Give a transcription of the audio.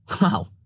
Wow